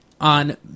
on